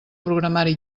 programari